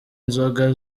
inzoga